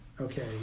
Okay